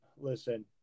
listen